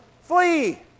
flee